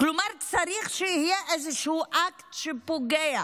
חי בתוכה, כלומר צריך שיהיה איזשהו אקט שפוגע,